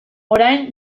orain